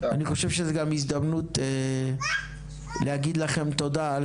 אני חושב שזו גם הזדמנות להגיד לכם תודה על